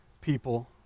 people